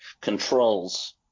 controls